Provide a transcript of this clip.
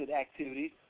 activities